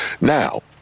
Now